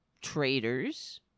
traitors